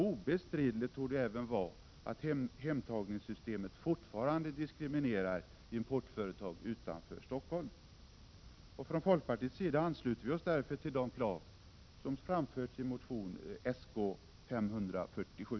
Obestridligt torde även vara att hemtagningssystemet fortfarande diskriminerar importföretag utanför Stockholm. Från folkpartiets sida ansluter vi oss därför till de krav som framförts i motion Sk547.